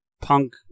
punk